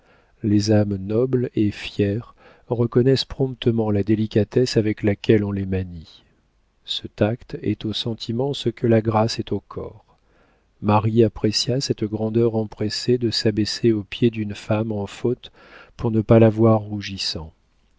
les âmes nobles et fières reconnaissent promptement la délicatesse avec laquelle on les manie ce tact est aux sentiments ce que la grâce est au corps marie apprécia cette grandeur empressée de s'abaisser aux pieds d'une femme en faute pour ne pas la voir rougissant